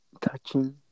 touching